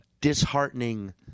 disheartening